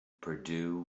purdue